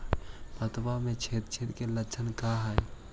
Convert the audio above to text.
पतबन में छेद छेद के लक्षण का हइ?